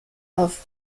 auf